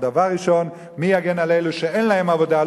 הרב, גם כאן האצבע מופנית להסתדרות.